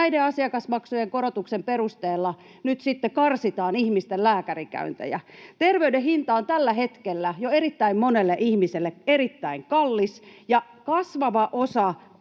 näiden asiakasmaksujen korotuksen perusteella nyt sitten karsitaan ihmisten lääkärikäyntejä. Terveyden hinta on tällä hetkellä jo erittäin monelle ihmiselle erittäin kallis, ja kasvava osa